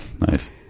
nice